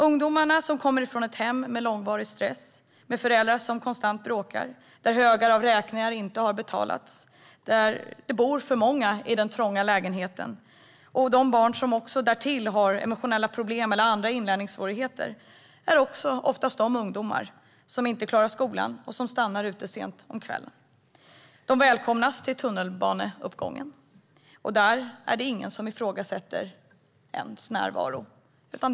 Ungdomarna kommer från hem med långvarig stress, med föräldrar som konstant bråkar, där högar av räkningar inte har betalats, där det bor för många i den trånga lägenheten. Därtill finns det barn som har emotionella problem eller andra inlärningssvårigheter. Det är oftast dessa ungdomar som inte klarar skolan och som stannar ute sent på kvällen. De välkomnas till tunnelbaneuppgången, och där är det ingen som ifrågasätter deras närvaro.